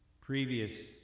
previous